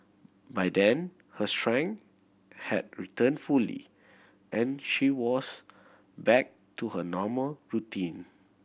by then her strength had returned fully and she was back to her normal routine